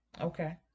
Okay